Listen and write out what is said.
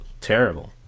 terrible